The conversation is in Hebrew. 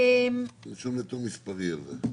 שום נתון מספרי אבל.